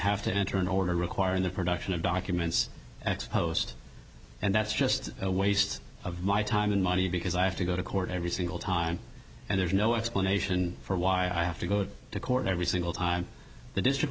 have to enter an order requiring the production of documents ex post and that's just a waste of my time and money because i have to go to court every single time and there's no explanation for why i have to go to court every single time the district